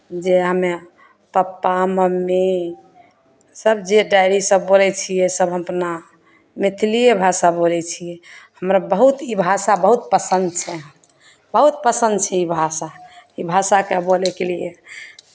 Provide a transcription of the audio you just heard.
जे हमे papa mummy सभ जे डैडी सभ बोलै छियै सभ अपना मैथिलिए भाषा बोलै छियै हमरा बहुत ई भाषा बहुत पसन्द छै बहुत पसन्द छै ई भाषा ई भाषाकेँ बोलयके लिए